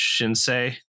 Shinsei